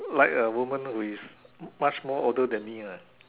like a woman with much more older than me lah